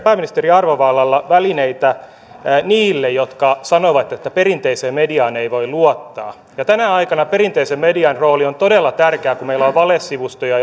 pääministerin arvovallalla välineitä niille jotka sanovat että perinteiseen mediaan ei voi luottaa tänä aikana perinteisen median rooli on todella tärkeä kun meillä on valesivustoja